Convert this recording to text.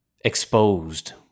exposed